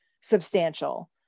substantial